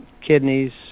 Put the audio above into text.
kidneys